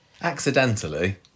Accidentally